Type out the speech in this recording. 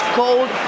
cold